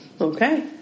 okay